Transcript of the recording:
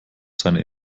seine